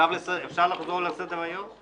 אפשר לחזור לסדר היום?